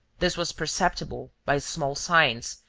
this was perceptible by small signs,